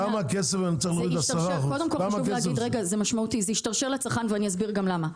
כמה כסף צריך כדי להוריד 10%. זה ישתרשר לצרכן ואני אסביר למה.